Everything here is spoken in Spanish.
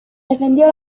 defendió